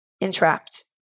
entrapped